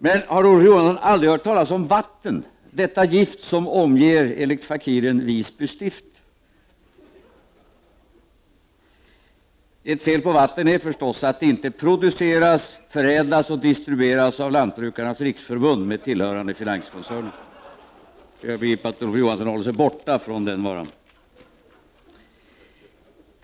Men har Olof Johansson aldrig hört talas om vatten, detta gift som enligt Fakiren omger Visby stift? Ett fel på vatten är förstås att det inte produceras, förädlas och distribueras av Lantbrukarnas riksförbund med tillhörande finanskoncerner, så jag kan begripa att Olof Johansson håller sig borta från den varan.